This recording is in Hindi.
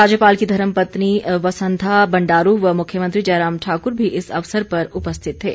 राज्यपाल की धर्मपत्नी वसंथा बंडारू व मुख्यमंत्री जयराम ठाक्र भी इस अवसर पर उपस्थित थे